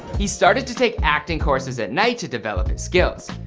he started to take acting courses at night to develop his skills.